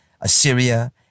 Assyria